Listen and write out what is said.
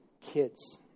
kids